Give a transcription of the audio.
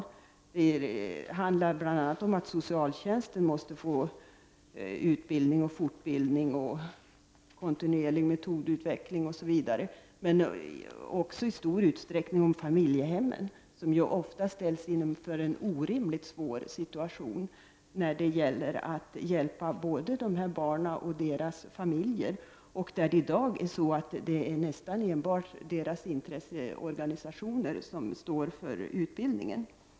Det handlar bl.a. om att personalen inom socialtjänsten måste få utbildning och fortbildning samt kontinuerlig metodutveckling, osv. Men det handlar även i stor utsträckning om familjehemmen, som ju ofta ställs inför en orimligt svår situation när det gäller att hjälpa både dessa barn och deras familjer. I dag är det nästan enbart intresseorganisationerna som står för utbildningen.